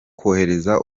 kohereza